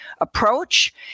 approach